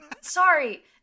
sorry